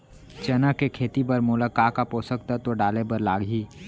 चना के खेती बर मोला का का पोसक तत्व डाले बर लागही?